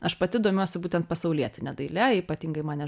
aš pati domiuosi būtent pasaulietine daile ypatingai mane